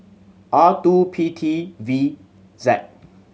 R two P T V Z